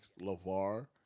LaVar